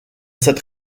cette